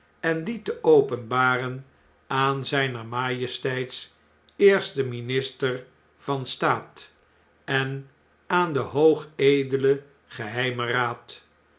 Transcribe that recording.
en die te openbaren aan zijner majesteits eersten minister van staat en aan den hoogedelen geheimen raad